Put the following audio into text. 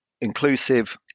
inclusive